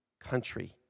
country